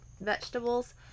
vegetables